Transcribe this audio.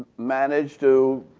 managed to